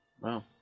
Wow